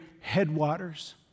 headwaters